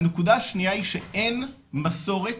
הנקודה השנייה היא שאין מסורת,